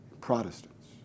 Protestants